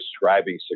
describing